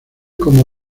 como